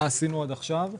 מה עשינו עד עכשיו,